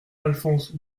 alphonse